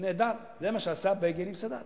זה נהדר, זה מה שעשה בגין עם סאדאת.